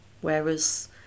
whereas